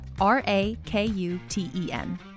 R-A-K-U-T-E-N